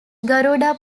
garuda